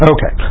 Okay